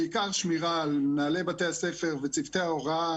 בעיקר שמירה על מנהלי בתי הספר ועל צוותי ההוראה,